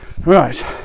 Right